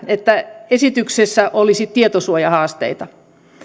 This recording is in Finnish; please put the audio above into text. että esityksessä olisi tietosuojahaasteita